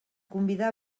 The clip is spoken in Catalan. convidà